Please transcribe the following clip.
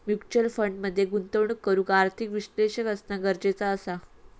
mutual fund मध्ये गुंतवणूक करूक आर्थिक विश्लेषक असना गरजेचा असा